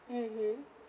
mmhmm